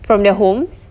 from their homes